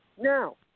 Now